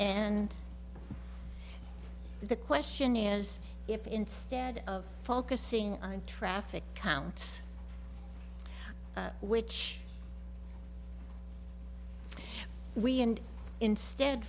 nd the question is if instead of focusing on traffic counts which we and instead